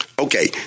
Okay